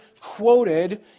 quoted